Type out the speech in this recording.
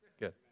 good